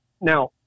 Now